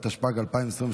התשפ"ג 2023,